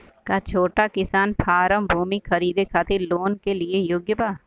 का छोटा किसान फारम भूमि खरीदे खातिर लोन के लिए योग्य बा?